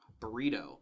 burrito